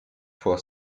vor